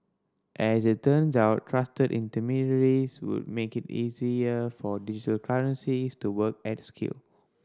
as it turns out trusted intermediaries would make it easier for digital currencies to work at scale